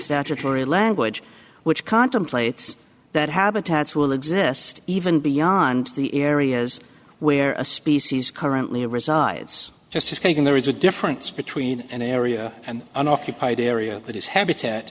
statutory language which contemplates that habitats will exist even beyond the areas where a species currently resides just thinking there is a difference between an area and an occupied area that is habitat